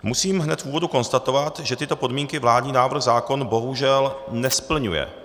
Musím hned v úvodu konstatovat, že tyto podmínky vládní návrh zákona bohužel nesplňuje.